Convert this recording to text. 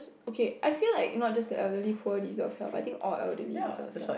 okay I feel like not just the elderly poor deserves help but I think all elderly deserves help